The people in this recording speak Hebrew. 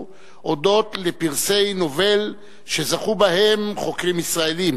הודות לפרסי נובל שזכו בהם חוקרים ישראלים,